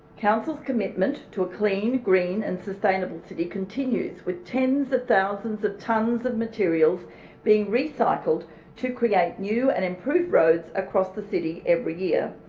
council's commitment to a clean, green and sustainable city continue with tens of thousands of tonnes of materials being recycled to create new and improved roads across the city every year.